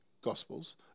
Gospels